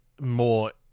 more